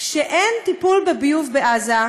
כשאין טיפול בביוב בעזה,